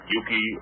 Yuki